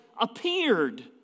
appeared